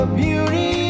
beauty